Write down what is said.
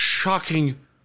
shocking